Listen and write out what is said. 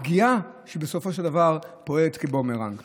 פגיעה שבסופו של דבר פועלת כבומרנג.